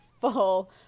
full